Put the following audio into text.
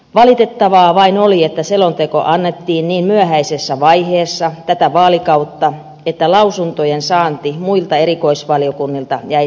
valitettavaa vain oli että selonteko annettiin niin myöhäisessä vaiheessa tätä vaalikautta että lausuntojen saanti muilta erikoisvaliokunnilta jäi saamatta